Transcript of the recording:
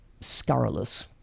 scurrilous